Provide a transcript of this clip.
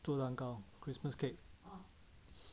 做蛋糕 christmas cake